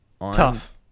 Tough